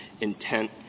intent